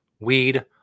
Weed